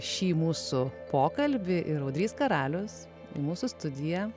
šį mūsų pokalbį ir audrys karalius į mūsų studiją